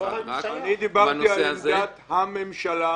בנושא הזה -- אני דיברתי על עמדת הממשלה,